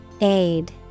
Aid